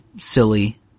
silly